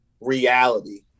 reality